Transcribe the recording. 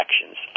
actions